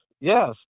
yes